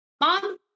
Mom